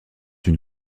une